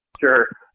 Sure